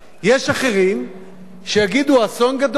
יש אחרים שיגידו, אסון גדול.